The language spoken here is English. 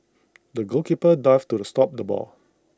the goalkeeper dived to stop the ball